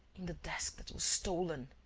in the desk that was stolen!